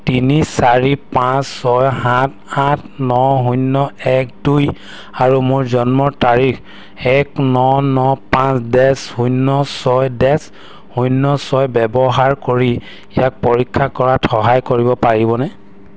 তিনি চাৰি পাঁচ ছয় সাত আঠ ন শূন্য এক দুই আৰু মোৰ জন্মৰ তাৰিখ এক ন ন পাঁচ ডেচ শূন্য ছয় ডেচ শূন্য ছয় ব্যৱহাৰ কৰি ইয়াক পৰীক্ষা কৰাত সহায় কৰিব পাৰিবনে